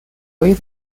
wet